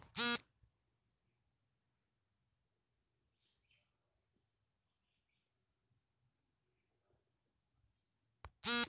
blueberry ತಿನ್ನಲು ತುಂಬಾ ರುಚಿಕರ್ವಾಗಯ್ತೆ ಈ ಹಣ್ಣಿನ ರುಚಿ ಹುಳಿ ಮತ್ತು ಸಿಹಿಯಾಗಿರ್ತದೆ